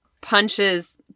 punches